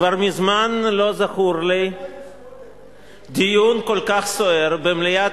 כבר מזמן לא זכור לי דיון כל כך סוער במליאת